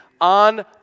on